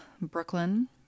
Brooklyn